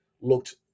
looked